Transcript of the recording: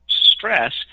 stress